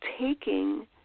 taking